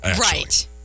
Right